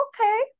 okay